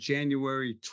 January